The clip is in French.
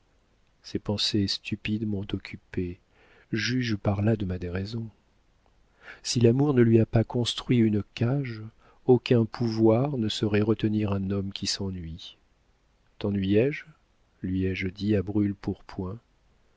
ces pensées stupides m'ont occupée juge par là de ma déraison si l'amour ne lui a pas construit une cage aucun pouvoir ne saurait retenir un homme qui s'ennuie tennuyé je lui ai-je dit à brûle-pourpoint